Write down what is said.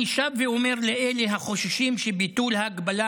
אני שב ואומר לאלה החוששים שביטול ההגבלה